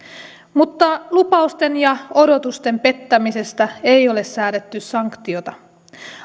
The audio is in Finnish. mutta lupausten ja odotusten pettämisestä ei ole säädetty sanktiota